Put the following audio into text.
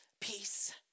peace